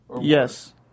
Yes